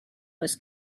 was